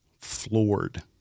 floored